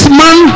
man